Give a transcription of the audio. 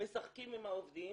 משחקים עם העובדים,